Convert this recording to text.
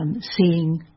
seeing